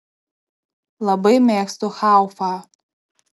labai mėgstu haufą